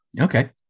Okay